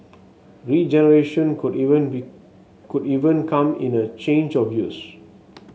regeneration could even be could even come in a change of use